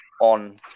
on